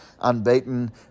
unbeaten